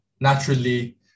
naturally